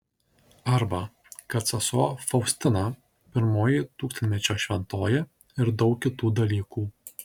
arba kad sesuo faustina pirmoji tūkstantmečio šventoji ir daug kitų dalykų